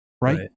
right